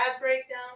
breakdown